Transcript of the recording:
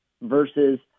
versus